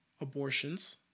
abortions